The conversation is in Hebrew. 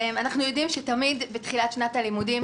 אנחנו יודעים שהנושא של תחילת שנת הלימודים